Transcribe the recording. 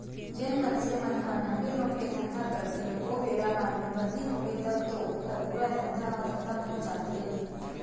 जेन मनसे मन ह नकली नोट के धंधा करथे ओ बेरा म नोटबंदी होगे तब तो ओखर पूरा धंधा ह खतम हो जाथे